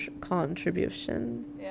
contribution